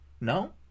No